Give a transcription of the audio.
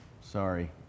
Sorry